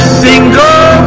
single